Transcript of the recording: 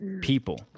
people